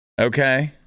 Okay